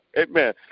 Amen